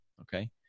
okay